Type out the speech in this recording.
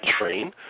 Train